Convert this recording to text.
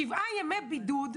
שבעה ימי בידוד,